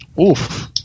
Oof